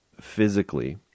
physically